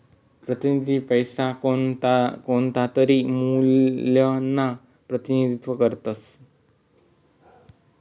प्रतिनिधी पैसा कोणतातरी मूल्यना प्रतिनिधित्व करतस